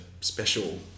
special